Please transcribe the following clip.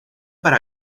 para